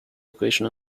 equation